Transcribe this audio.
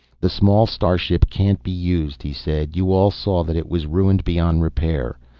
the small star ship can't be used, he said. you all saw that it was ruined beyond repair.